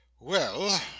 Well